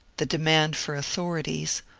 the demand for authorities,